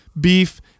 beef